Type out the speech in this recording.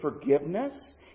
forgiveness